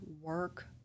work